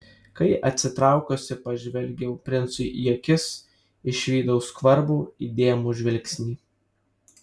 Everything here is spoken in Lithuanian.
kai atsitraukusi pažvelgiau princui į akis išvydau skvarbų įdėmų žvilgsnį